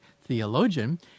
theologian